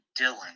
Dylan